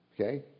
Okay